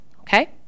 Okay